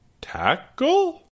Tackle